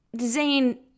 Zane